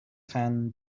hand